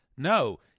No